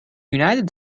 united